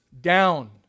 down